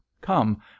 Come